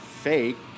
fake